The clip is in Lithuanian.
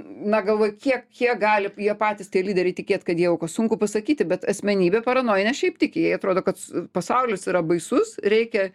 na galvoju kiek kiek gali jie patys lyderiai tikėt kad jie aukos sunku pasakyti bet asmenybė paranojinė šiaip tiki jie atrodo kad pasaulis yra baisus reikia